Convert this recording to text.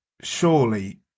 surely